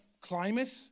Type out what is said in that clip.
climate